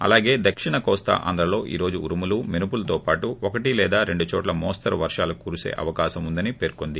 అలాగే దక్షిణ కోస్తా ఆంధ్రలో ఈ రోజు ఉరుములు మెరుపులతో పాటు ఒకటి లేదా రెండు చోట్ల మోస్తరు వర్షాలు కురిసీ అవకాశం ఉందని పేర్కొంది